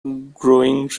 growing